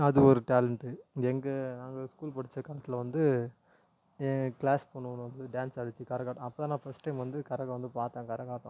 அது ஒரு டேலண்ட் எங்கள் நாங்கள் ஸ்கூல் படித்த காலத்தில் வந்து எங்கள் க்ளாஸ் பொண்ணு ஒன்று வந்து டேன்ஸ் ஆடுச்சு கரகாட்டம் அப்போ தான் நான் ஃபஸ்ட் டைம் வந்து கரகம் வந்து பார்த்தேன் கரகாட்டம்